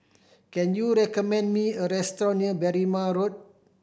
can you recommend me a restaurant near Berrima Road